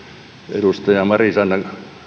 edustaja marisanna